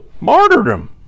Martyrdom